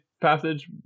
passage